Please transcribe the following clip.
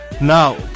Now